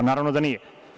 Naravno da nije.